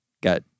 got